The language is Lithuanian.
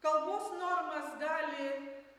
kalbos normas gali